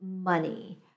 money